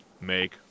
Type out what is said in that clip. make